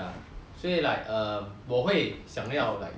所以 like um 我会想要 like